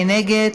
מי נגד?